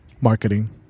Marketing